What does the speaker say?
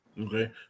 Okay